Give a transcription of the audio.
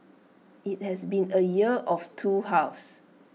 IT has been A year of two halves